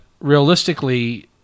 realistically